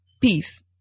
peace